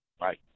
Right